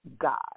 God